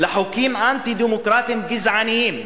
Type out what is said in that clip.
לחוקים אנטי-דמוקרטיים, גזעניים,